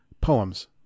Poems